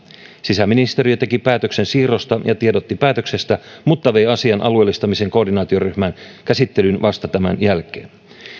sisäministeriö teki päätöksen siirrosta ja tiedotti päätöksestä mutta vei asian alueellistamisen koordinaatioryhmän käsittelyyn vasta tämän jälkeen